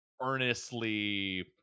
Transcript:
earnestly